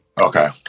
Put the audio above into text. Okay